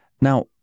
Now